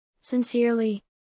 Sincerely